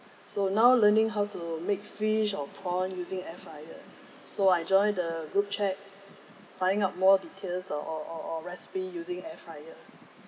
so now learning how to make fish or prawn using air fryer so I joined the group chat find out more details or or or recipe using air fryer